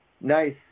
Nice